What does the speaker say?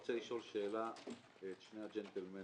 אני רוצה לשאול שאלה בקצרה את שני הג'נטלמנים.